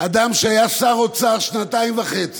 אדם שהיה שר אוצר שנתיים וחצי,